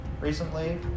recently